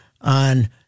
on